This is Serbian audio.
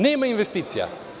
Nema investicija.